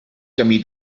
camí